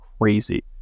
crazy